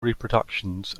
reproductions